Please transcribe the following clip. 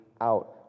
out